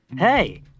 Hey